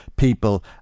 People